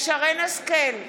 שרן מרים השכל,